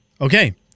okay